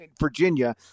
virginia